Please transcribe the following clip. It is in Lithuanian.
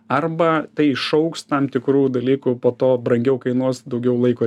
arba tai iššauks tam tikrų dalykų po to brangiau kainuos daugiau laiko